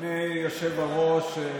אדוני היושב-ראש,